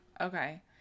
Okay